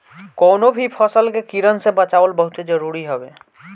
कवनो भी फसल के कीड़न से बचावल बहुते जरुरी हवे